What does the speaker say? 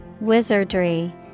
Wizardry